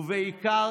ובעיקר,